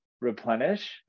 replenish